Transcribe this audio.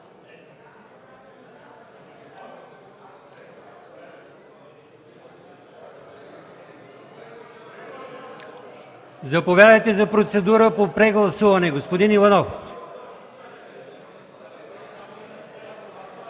Заповядайте за процедура по прегласуване, господин Иванов.